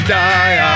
die